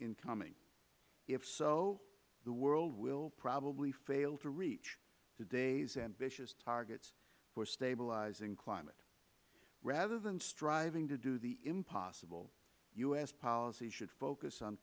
in coming if so the world will probably fail to reach today's ambitious targets for stabilizing climate rather than striving to do the impossible u s policy should focus on